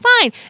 fine